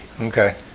Okay